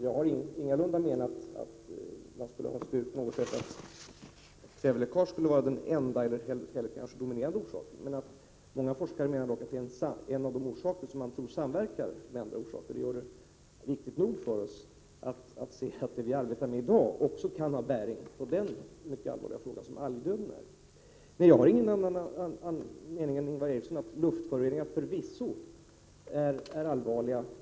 Jag har ingalunda menat att kväveläckaget skulle vara den enda eller ens den dominerande orsaken till algblomningen. Många forskare menar dock att kvävet är en av faktorerna bakom algblomningen. Det gör det viktigt nog för oss att se att det som vi arbetar med i dag kan ha bäring också på den mycket allvarliga fråga som algblomningen är. Jag har alltså ingen annan mening än Ingvar Eriksson, nämligen den att luftföroreningar genom nedfall förvisso är allvarliga.